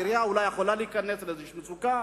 העירייה אולי יכולה להיכנס לאיזו מצוקה,